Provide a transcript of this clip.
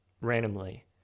randomly